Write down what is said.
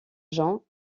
jean